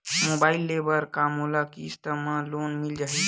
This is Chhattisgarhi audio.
मोबाइल ले बर का मोला किस्त मा लोन मिल जाही?